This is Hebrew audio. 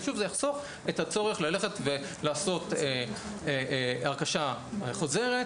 זה פשוט יחסוך את הצורך ללכת ולעשות הרכשה חוזרת